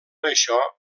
això